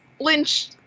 Lynch